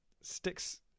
sticks